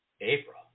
April